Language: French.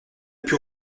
put